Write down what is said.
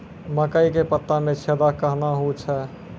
मकई के पत्ता मे छेदा कहना हु छ?